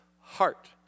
heart